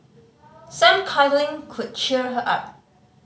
some cuddling could cheer her up